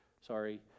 sorry